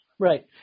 Right